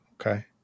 Okay